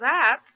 up